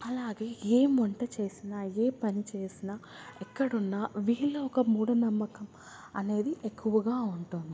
అలాగే ఏం వంట చేసిన ఏ పని చేసిన ఎక్కడున్నా వీరిలో ఒక మూఢనమ్మకం అనేది ఎక్కువగా ఉంటుంది